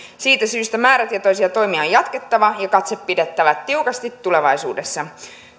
siitä syystä määrätietoisia toimia on jatkettava ja katse pidettävä tiukasti tulevaisuudessa